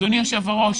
אדוני היושב ראש,